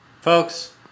Folks